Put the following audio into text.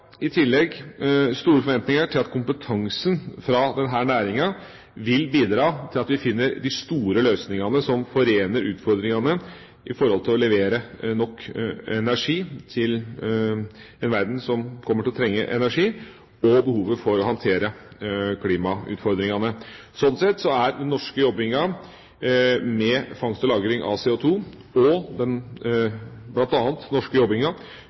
i tillegg store forventninger til at kompetansen til denne næringa vil bidra til at vi finner de store løsningene som forener utfordringene med å levere nok energi til en verden som kommer til å trenge energi, og behovet for å håndtere klimautfordringene. Sånn sett er den norske jobbinga med fangst og lagring av CO2, og